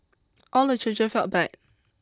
all the children felt bad